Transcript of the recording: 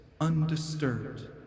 undisturbed